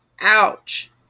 Ouch